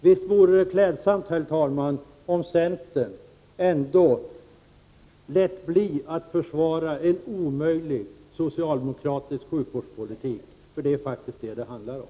Visst vore det klädsamt, herr talman, om centern lät bli att försvara en omöjlig socialdemokratisk sjukvårdspolitik. Det är faktiskt vad det handlar om.